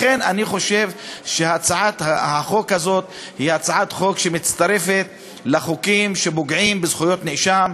לכן אני חושב שהצעת החוק הזאת מצטרפת לחוקים שפוגעים בזכויות נאשמים,